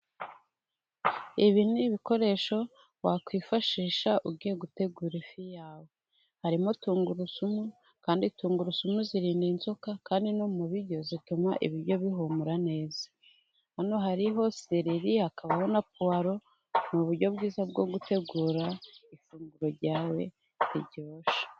Ibi ni ibikoresho wakwifashisha ugiye gutegura ifi yawe harimo tungurusumu kandi tungurusumu zirinda inzoka kandi no mu biryo zituma ibiryo bihumura neza. Hano hariho seleri hakabaho na puwaro mu buryo bwiza bwo gutegura ifunguro ryawe riryoshye.